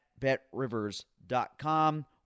betrivers.com